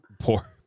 Poor